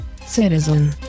citizen